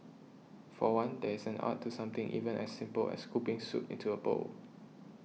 for one there is an art to something even as simple as scooping soup into a bowl